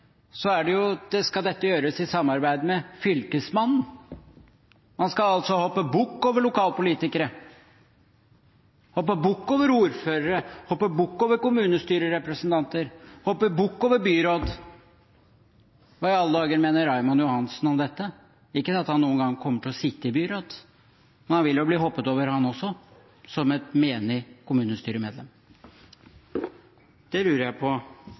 skal dette gjøres i samarbeid med Fylkesmannen. Man skal altså hoppe bukk over lokalpolitikere, hoppe bukk over ordførere, hoppe bukk over kommunestyrerepresentanter, hoppe bukk over byrådet. Hva i alle dager mener Raymond Johansen om dette? Ikke det at han noen gang kommer til å sitte i byrådet, men han vil jo bli hoppet over, han også, som et menig kommunestyremedlem. Det lurer jeg på